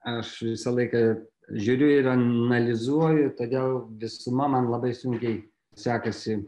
aš visą laiką žiūriu ir analizuoju todėl visuma man labai sunkiai sekasi